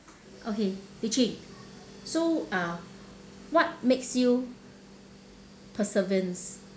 okay li ching so uh what makes you perseverance